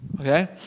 Okay